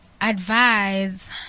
advise